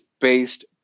based